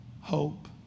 hope